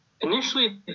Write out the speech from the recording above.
initially